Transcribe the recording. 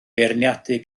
feirniadu